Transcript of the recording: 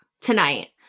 tonight